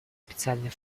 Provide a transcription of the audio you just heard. специальный